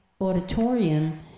auditorium